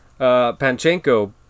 Panchenko